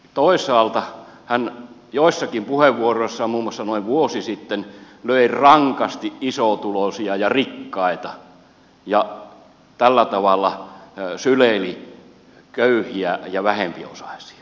toisaalta hän joissakin puheenvuoroissaan muun muassa noin vuosi sitten löi rankasti isotuloisia ja rikkaita ja tällä tavalla syleili köyhiä ja vähempiosaisia